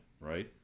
right